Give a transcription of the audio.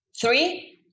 three